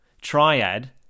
Triad